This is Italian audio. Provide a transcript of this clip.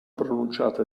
pronunciate